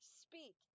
speak